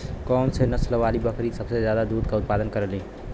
कौन से नसल वाली बकरी सबसे ज्यादा दूध क उतपादन करेली?